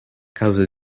causa